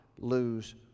lose